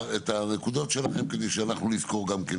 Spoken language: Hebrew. את הנקודות שלכם כדי שאנחנו נזכור גם כן